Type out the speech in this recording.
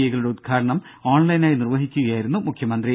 ഐകളുടെ ഉദ്ഘാടനം ഓൺലൈനായി നിർവഹിക്കുകയായിരുന്നു അദ്ദേഹം